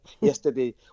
yesterday